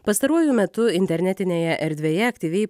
pastaruoju metu internetinėje erdvėje aktyviai